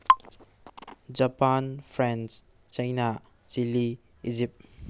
Japan France China Chile Egypt